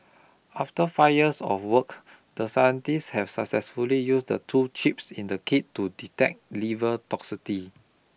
after five years of work the scientists have successfully used the two chips in the kit to detect liver toxicity